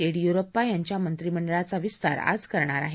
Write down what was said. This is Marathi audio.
येडियुरप्पा त्यांच्या मंत्रिमंडळाचा विस्तार आज करणार आहेत